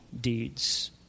deeds